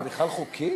זה בכלל חוקי?